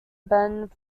ben